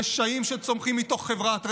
רשעים שצומחים מתוך חברת רשע,